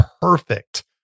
perfect